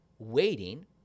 waiting